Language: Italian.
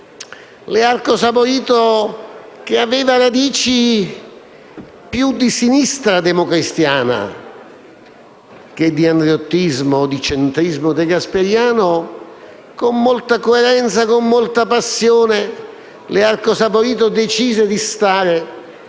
Learco Saporito, che aveva radici più di sinistra democristiana che di andreottismo o di centrismo degasperiano, con molta coerenza e passione, decise di stare